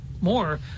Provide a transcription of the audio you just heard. more